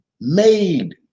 made